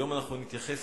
היום אנחנו נתייחס